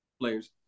players